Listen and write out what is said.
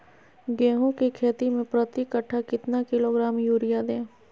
गेंहू की खेती में प्रति कट्ठा कितना किलोग्राम युरिया दे?